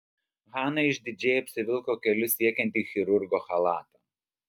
hana išdidžiai apsivilko kelius siekiantį chirurgo chalatą